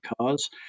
cars